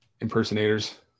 impersonators